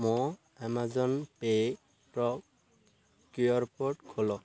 ମୋ ଆମାଜନ୍ ପେ'ର Q R code ଖୋଲ